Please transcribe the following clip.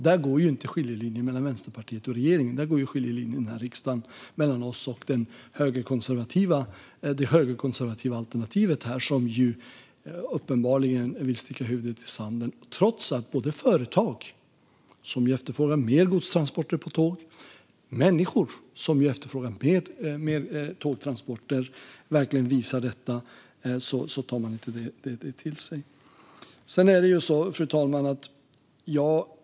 Där går inte skiljelinjen mellan Vänsterpartiet och regeringen; där går skiljelinjen mellan oss och det högerkonservativa alternativet här i riksdagen, som uppenbarligen vill sticka huvudet i sanden. Trots att både företag som efterfrågar mer godstransporter på tåg och människor som efterfrågar mer tågtransporter verkligen visar detta tar man det inte till sig. Fru talman!